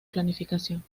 planificación